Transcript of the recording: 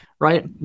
right